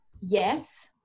yes